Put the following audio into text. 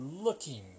looking